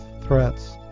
threats